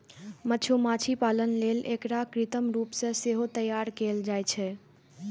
मधुमाछी पालन लेल एकरा कृत्रिम रूप सं सेहो तैयार कैल जाइ छै